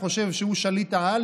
שחושב שהוא שליט-על,